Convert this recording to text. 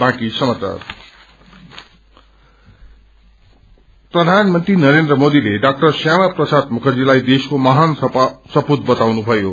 पनिमसंरी प्रधानमन्त्री नरेन्द्र मोदीले डा श्यामा प्रसाद मुखर्जालाई देशको महान सपूत बताउनुभयो